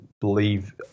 believe